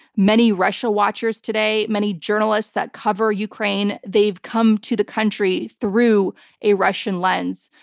many russia watchers today, many journalists that cover ukraine, they've come to the country through a russian lens,